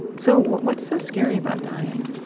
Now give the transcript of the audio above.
so what's so scary about dying?